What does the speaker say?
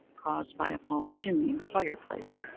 caused by a false chimney, or fireplace,